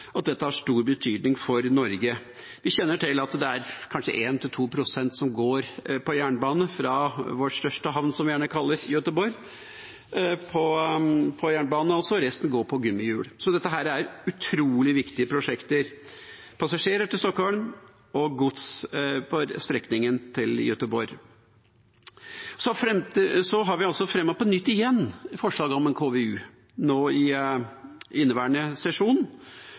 at dette har stor betydning for Norge. Vi kjenner til at det kanskje er 1–2 pst. som går på jernbane fra vår største havn, som vi gjerne kaller Göteborg, resten går på gummihjul. Så dette er utrolig viktige prosjekter – passasjerer til Stockholm og gods på strekningen til Göteborg. I inneværende sesjon har vi på nytt fremmet forslaget om en KVU